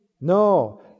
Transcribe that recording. No